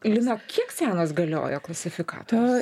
lina kiek senas galiojo klasifikatorius